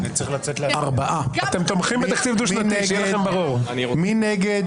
מי נגד?